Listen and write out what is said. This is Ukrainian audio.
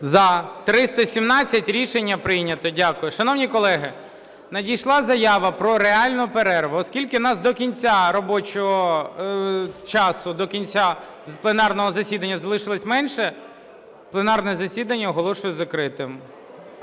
За-317 Рішення прийнято. Дякую. Шановні колеги, надійшла заява про реальну перерву. Оскільки у нас до кінця робочого часу, до кінця пленарного засідання залишилось менше, пленарне засідання оголошую закритим.